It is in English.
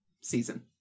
Season